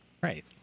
Right